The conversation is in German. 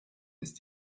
ist